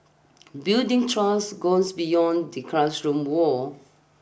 building trust goes beyond the classroom walls